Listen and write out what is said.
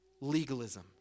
legalism